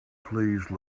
please